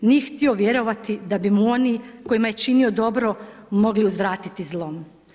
Nije htio vjerovati da bi mu oni, kojima je činio dobro, mogli uzvratiti zlom.